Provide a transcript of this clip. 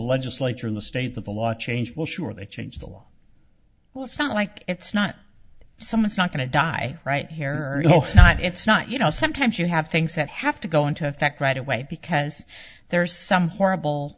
legislature in the state that the law changed well sure they changed the law well it's not like it's not some it's not going to die right here or not it's not you know sometimes you have things that have to go into effect right away because there are some horrible